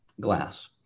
glass